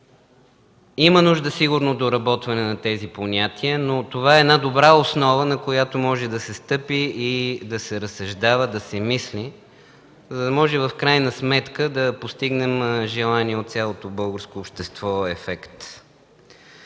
Има нужда сигурно от доработване на тези понятия, но това е една добра основа, на която може да се стъпи и да се разсъждава, да се мисли, за да може в крайна сметка да постигнем желания от цялото българско общество ефект.